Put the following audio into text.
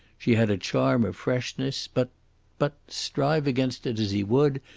she had a charm of freshness, but but strive against it as he would,